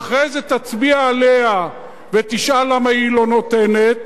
ואחרי זה תצביע עליה, ותשאל למה היא לא נותנת,